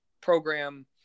program